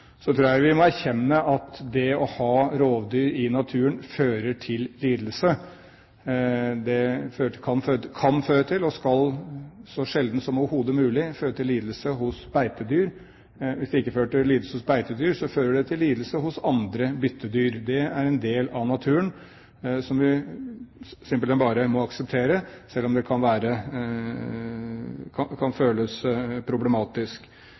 kan – og skal, så sjelden som overhodet mulig – føre til lidelse hos beitedyr. Hvis det ikke fører til lidelse hos beitedyr, fører det til lidelse hos andre byttedyr. Det er en del av naturen som vi simpelthen bare må akseptere, selv om det kan